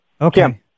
Okay